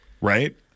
right